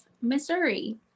Missouri